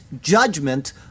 judgment